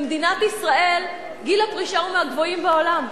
במדינת ישראל גיל הפרישה הוא מהגבוהים בעולם.